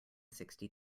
sixty